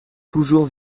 toujours